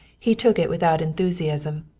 he took it without enthusiasm,